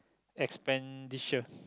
expenditure